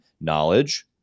knowledge